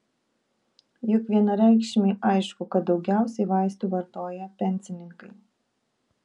juk vienareikšmiai aišku kad daugiausiai vaistų vartoja pensininkai